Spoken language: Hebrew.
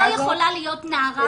שלה --- לא יכולה להיות נערה בזיתן.